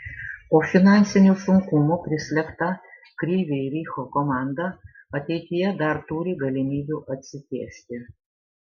o finansinių sunkumų prislėgta kryvyj riho komanda ateityje dar turi galimybių atsitiesti